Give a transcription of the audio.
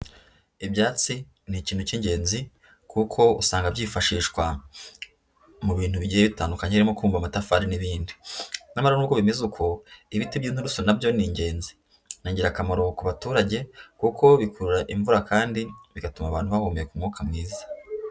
Ibyatsi ni ikintu cy'ingenzi, kuko usanga byifashishwa mu bintu bigiye bitandukanye harimo kubumba amatafari n'ibindi, nyamara nubwo bimeze uko, ibiti by'inturusu na byo ni ingenzi, ni ingirakamaro ku baturage, kuko bikurura imvura kandi bigatuma abantu bahumeka umwuka mwiza.